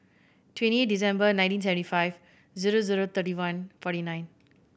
twenty eight December nineteen seventy five zero zero thirty one forty nine